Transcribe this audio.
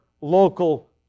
local